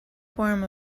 form